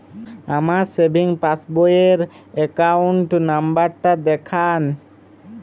আমার savings passbook র account number টা দেখান?